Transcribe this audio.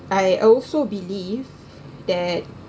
I also believe that